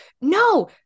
no